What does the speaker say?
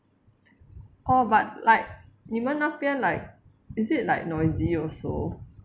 orh but like 你们那边 like is it like noisy also